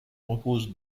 repose